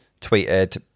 tweeted